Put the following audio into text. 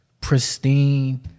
Pristine